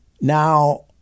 now